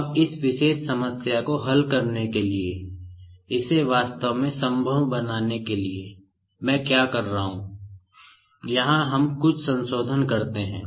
अब इस विशेष समस्या को हल करने के लिए इसे वास्तव में संभव बनाने के लिए मैं क्या कर रहा हूं यहां हम कुछ संशोधन करते हैं